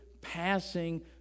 passing